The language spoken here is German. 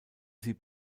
sie